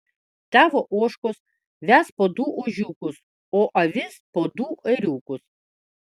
tavo ožkos ves po du ožiukus o avys po du ėriukus